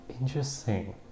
Interesting